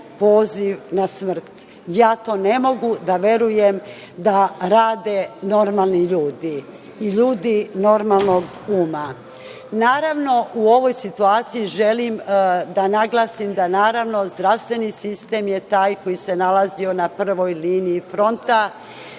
poziv na smrt. Ja ne mogu da verujem da to rade normalni ljudi i ljudi normalnog uma. Naravno, u ovoj situaciji želim da naglasim da je zdravstveni sistem taj koji se nalazio na prvoj liniji fronta.